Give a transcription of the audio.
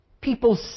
people